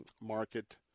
market